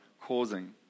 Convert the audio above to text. causing